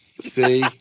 See